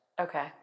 Okay